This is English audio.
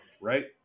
right